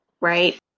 right